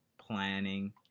planning